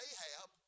Ahab